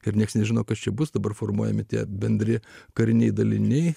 ir niekas nežino kas čia bus dabar formuojami tie bendri kariniai daliniai